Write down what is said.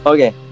Okay